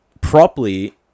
properly